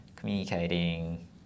Communicating